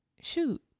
Shoot